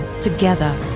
together